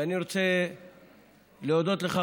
ואני רוצה להודות לך,